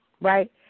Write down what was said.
right